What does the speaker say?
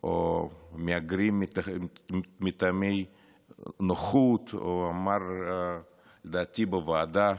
או מהגרים מטעמי נוחות, לדעתי הוא אמר בוועדה